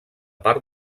part